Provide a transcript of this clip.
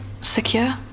secure